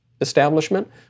establishment